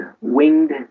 winged